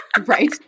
Right